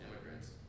immigrants